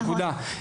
נקודה.